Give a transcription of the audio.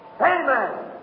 Amen